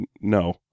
no